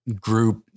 group